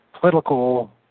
political